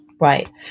Right